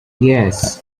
yes